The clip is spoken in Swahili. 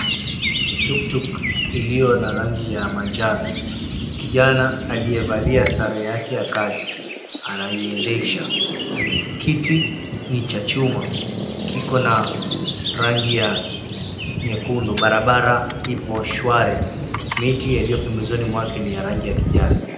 TUKTUK iliyo na rangi ya manjano. Kijan aliyevalia sare yake ya kazi anaiendesha. Kiti ni cha chuma kiko na rengi ya kekundu. Barabara ipo shwari. Miti iliyopembezoni mwake ni ya rangi ya kijani.